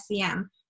SEM